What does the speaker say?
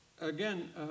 again